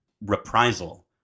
Reprisal